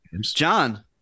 John